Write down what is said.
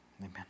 Amen